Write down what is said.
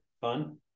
fun